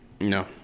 No